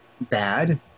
bad